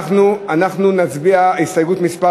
אנחנו נצביע על הסתייגות מס'